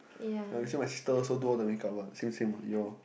no actually my sister also do all the makeup [what] same same [what] you all